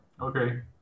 Okay